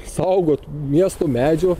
saugot miesto medžių